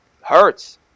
hurts